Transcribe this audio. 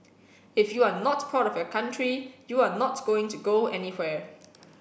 if you are not proud of your country you are not going to go anywhere